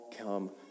come